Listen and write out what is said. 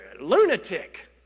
lunatic